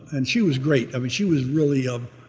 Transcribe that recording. and she was great. i mean she was really a,